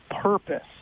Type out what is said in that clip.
purpose